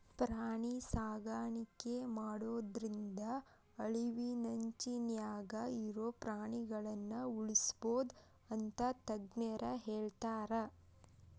ಪ್ರಾಣಿ ಸಾಕಾಣಿಕೆ ಮಾಡೋದ್ರಿಂದ ಅಳಿವಿನಂಚಿನ್ಯಾಗ ಇರೋ ಪ್ರಾಣಿಗಳನ್ನ ಉಳ್ಸ್ಬೋದು ಅಂತ ತಜ್ಞರ ಹೇಳ್ತಾರ